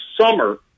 summer